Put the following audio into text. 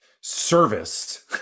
service